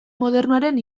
modernoaren